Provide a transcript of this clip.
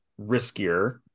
riskier